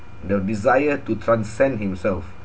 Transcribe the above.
the desire to transcend himself